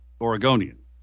Oregonian